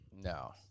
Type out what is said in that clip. No